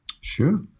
Sure